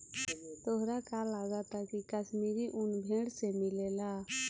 तोहरा का लागऽता की काश्मीरी उन भेड़ से मिलेला